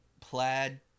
plaid